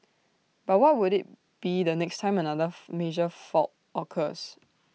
but what would IT be the next time another major fault occurs